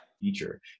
feature